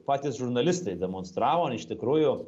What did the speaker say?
patys žurnalistai demonstravo man iš tikrųjų